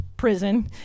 prison